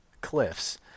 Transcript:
cliffs